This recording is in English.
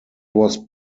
was